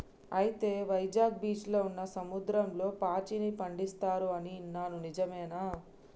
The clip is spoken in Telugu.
అయితే వైజాగ్ బీచ్లో ఉన్న సముద్రంలో పాచిని పండిస్తారు అని ఇన్నాను నిజమేనా